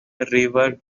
reworked